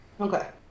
Okay